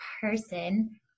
person